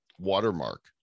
watermark